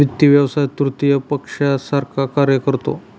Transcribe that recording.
वित्त व्यवसाय तृतीय पक्षासारखा कार्य करतो